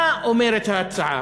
מה אומרת ההצעה?